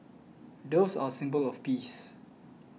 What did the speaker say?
doves are a symbol of peace